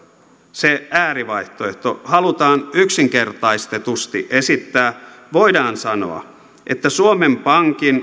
se äärivaihtoehto halutaan yksinkertaistetusti esittää voidaan sanoa että suomen pankin